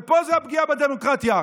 ופה זו הפגיעה בדמוקרטיה.